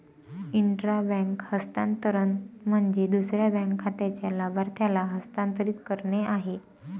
intra bank हस्तांतरण म्हणजे दुसऱ्या बँक खात्याच्या लाभार्थ्याला हस्तांतरित करणे आहे